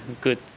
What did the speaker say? good